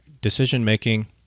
decision-making